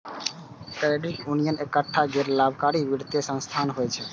credit union एकटा गैर लाभकारी वित्तीय संस्थान होइ छै